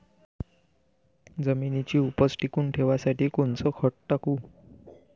जमिनीची उपज टिकून ठेवासाठी कोनचं खत टाकू?